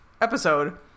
episode